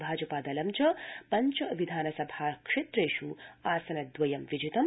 भाजपादलं च पञ्च विधानसभा क्षेत्रेष् आसनद्वयं विजितम्